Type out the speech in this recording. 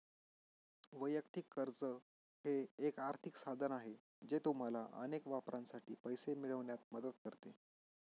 वैयक्तिक कर्ज हे एक आर्थिक साधन आहे जे तुम्हाला अनेक वापरांसाठी पैसे मिळवण्यात मदत करते